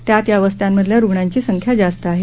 त्यात या वस्त्यांमधल्या रूग्णांची संख्या जास्त आहे